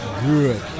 good